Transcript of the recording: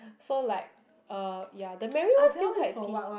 so like uh ya the Mary one still quite piss